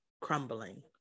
crumbling